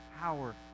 power